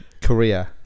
Korea